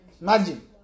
Imagine